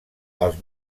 els